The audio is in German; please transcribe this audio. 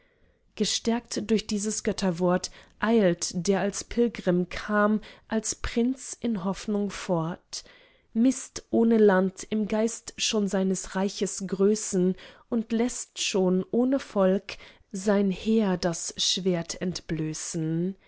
gestärkt durch dieses götterwort eilt der als pilgrim kam als prinz in hoffnung fort mißt ohne land im geist schon seines reiches größen und läßt schon ohne volk sein heer das schwert entblößen